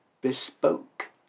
bespoke